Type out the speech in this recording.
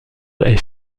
est